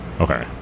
okay